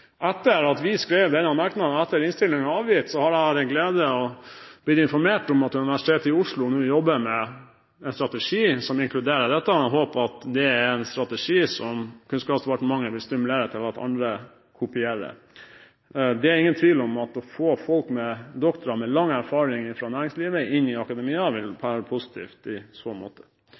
Etter at vi skrev denne merknaden, og etter at innstilingen var avgitt, har jeg hatt den glede å bli informert om at Universitetet i Oslo nå jobber med en strategi som inkluderer dette. Jeg håper at det er en strategi som Kunnskapsdepartementet vil stimulere til, slik at andre kopierer det. Det er ingen tvil om at det å få doktorer med lang erfaring fra næringslivet inn i akademia vil være positivt i så måte.